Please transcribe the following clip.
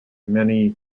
many